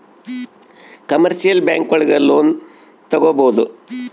commercial bank ಒಳಗ loan ತಗೊಬೋದು